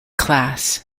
class